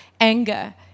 anger